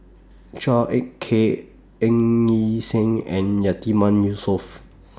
Chua Ek Kay Ng Yi Sheng and Yatiman Yusof